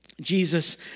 Jesus